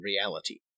reality